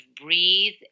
breathe